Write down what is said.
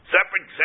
Separate